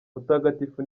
mutagatifu